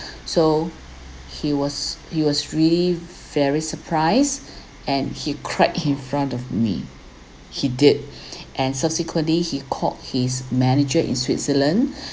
so he was he was really very surprise and he cried in front of me he did and subsequently he called his manager in switzerland